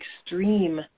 extreme